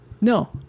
no